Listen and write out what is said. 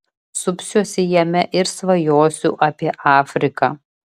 supsiuosi jame ir svajosiu apie afriką